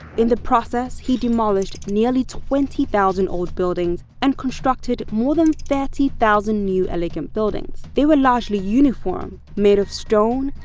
in the process, he demolished nearly twenty thousand old buildings and constructed more than thirty thousand new elegant buildings. they were largely uniform made of stone,